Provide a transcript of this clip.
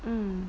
mm